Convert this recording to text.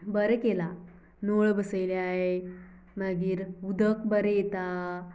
बरें केल्याय नळ बसयल्या उदक बरें येतां